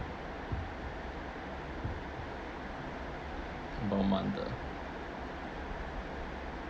about a month ah